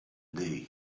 day